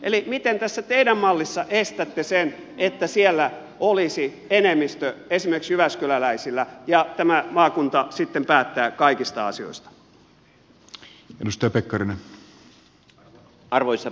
eli miten tässä teidän mallissanne estätte sen että siellä olisi enemmistö esimerkiksi jyväskyläläisillä ja tämä maakunta sitten päättää kaikista asioista